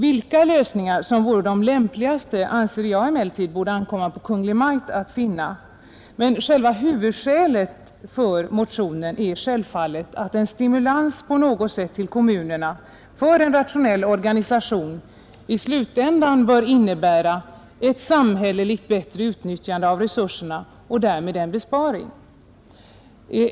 Vilka lösningar som vore de lämpligaste anser jag emellertid att det borde ankomma på Kungl. Maj:t att finna, men huvudskälet för motionskravet är självfallet att en stimulans på något sätt till kommunerna för en rationell organisation i slutänden bör innebära ett bättre samhälleligt utnyttjande av resurserna och därmed en besparing.